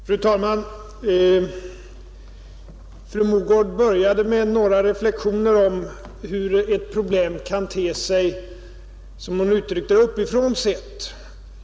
Fru talman! Fru Mogård började med några reflexioner om hur ett problem kan te sig — som hon uttryckte det — uppifrån sett.